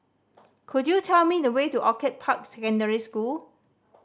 could you tell me the way to Orchid Park Secondary School